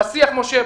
משה,